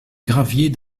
graviers